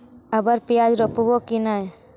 अबर प्याज रोप्बो की नय?